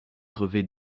crevé